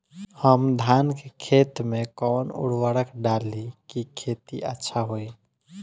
हम धान के खेत में कवन उर्वरक डाली कि खेती अच्छा होई?